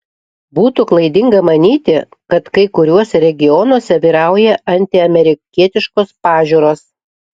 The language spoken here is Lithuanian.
būtų klaidinga manyti kad kai kuriuose regionuose vyrauja antiamerikietiškos pažiūros